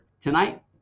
Tonight